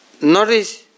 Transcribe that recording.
notice